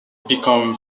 become